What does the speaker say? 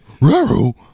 Raro